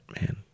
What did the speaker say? man